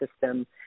system